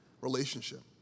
relationship